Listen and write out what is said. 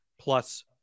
plus